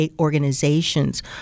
organizations